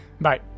Bye